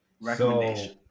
Recommendation